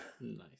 Nice